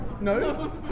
no